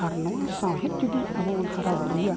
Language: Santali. ᱟᱨ ᱱᱚᱣᱟ ᱥᱟᱶᱦᱮᱫ ᱡᱩᱫᱤ ᱟᱵᱚᱵᱚᱱ ᱦᱟᱨᱟᱼᱵᱩᱨᱩᱭᱟ